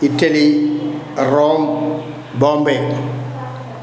Italy Rome Bombay